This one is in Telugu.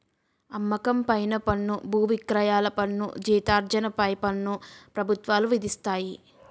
అమ్మకం పైన పన్ను బువిక్రయాల పన్ను జీతార్జన పై పన్ను ప్రభుత్వాలు విధిస్తాయి